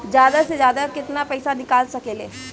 जादा से जादा कितना पैसा निकाल सकईले?